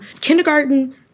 kindergarten